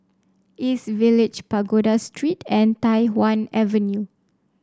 East Village Pagoda Street and Tai Hwan Avenue